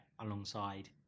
alongside